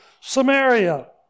Samaria